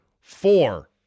four